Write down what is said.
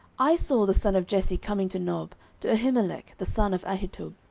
i saw the son of jesse coming to nob, to ahimelech the son of ahitub.